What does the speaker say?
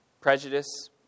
prejudice